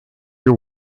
your